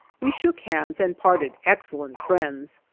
we shook hands and parted excellent friends,